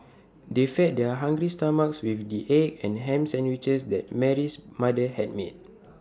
they fed their hungry stomachs with the egg and Ham Sandwiches that Mary's mother had made